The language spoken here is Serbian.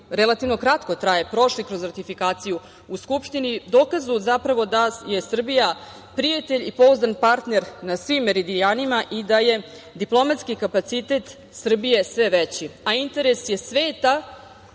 relativno kratko traje prošli kroz ratifikaciju u Skupštini, dokaz su zapravo da je Srbija prijatelj i pouzdan partner na svim meridijanima i da je diplomatski kapacitet Srbije sve veći, a interes je sveta